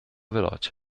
veloce